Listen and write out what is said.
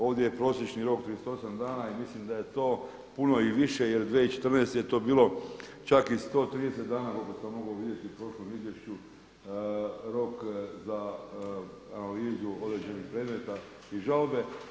Ovdje je prosječni rok 38 dana i mislim da je to puno i više jer 2014. je to bilo čak i 130 dana koliko sam mogao vidjeti u prošlom izvješću rok za analizu određenih predmeta iz žalbe.